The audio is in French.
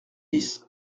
dix